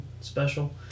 special